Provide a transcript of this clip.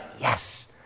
yes